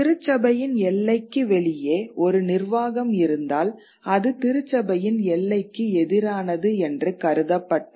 திருச்சபையின் எல்லைக்கு வெளியே ஒரு நிர்வாகம் இருந்தால் அது திருச்சபையின் எல்லைக்கு எதிரானது என்று கருதப்பட்டது